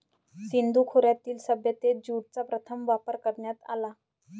सिंधू खोऱ्यातील सभ्यतेत ज्यूटचा प्रथम वापर करण्यात आला